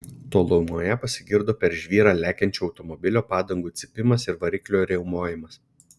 tolumoje pasigirdo per žvyrą lekiančio automobilio padangų cypimas ir variklio riaumojimas